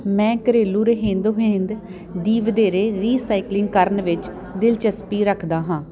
ਮੈਂ ਆਪਣੇ ਘਰੇਲੂ ਰਹਿੰਦ ਖੂੰਹਦ ਦੀ ਵਧੇਰੇ ਰੀਸਾਈਕਲਿੰਗ ਕਰਨ ਵਿੱਚ ਦਿਲਚਸਪੀ ਰੱਖਦਾ ਹਾਂ